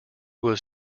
was